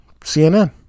cnn